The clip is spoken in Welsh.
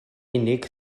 unig